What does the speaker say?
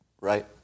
Right